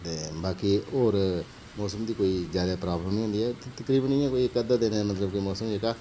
ते बाकी होर मौसम दी कोई जैदा प्राब्लम निं होंदी ऐ ते तकरीबन इ'यां कोई इक अद्धा दिन मतलब कि मौसम जेह्का